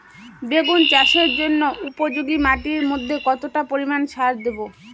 বেগুন চাষের জন্য উপযোগী মাটির মধ্যে কতটা পরিমান সার দেব?